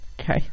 okay